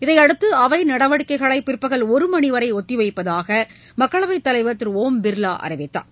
இதையடுத்து அவை நடவடிக்கைகளை பிற்பகல் ஒரு மணி வரை ஒத்திவைப்பதாக மக்களவைத் தலைவர் திரு ஒம் பிர்லா அறிவித்தார்